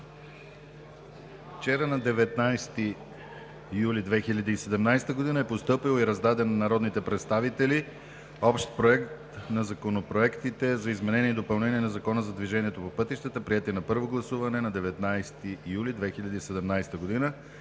На 19 юли 2017 г. е постъпил и раздаден на народните представители Общ проект на законопроектите за изменение и допълнение на Закона за движение по пътищата, приети на първо гласуване на 19 юли 2017 г.